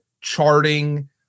charting